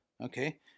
Okay